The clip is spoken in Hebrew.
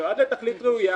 שנועד לתכלית ראויה,